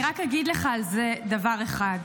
אני רק אגיד לך על זה דבר אחד.